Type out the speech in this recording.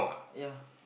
ya